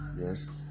yes